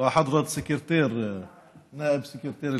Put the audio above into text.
וסגן מזכיר הכנסת.)